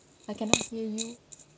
I cannot hear you